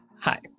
Hi